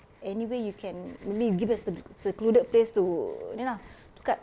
any way you can maybe you give secl~ secluded place to ini lah to cut